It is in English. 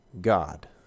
God